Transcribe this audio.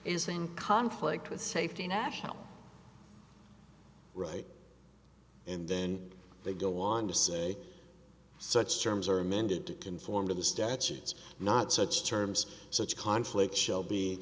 is in conflict with safety national right and then they go on to say such terms are amended to conform to the statutes not such terms such conflicts shall be